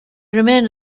remains